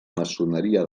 maçoneria